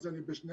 אז אני בשניהם.